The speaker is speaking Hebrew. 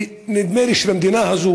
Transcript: נדמה לי שבמדינה הזאת